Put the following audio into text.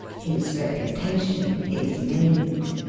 his reputation is made.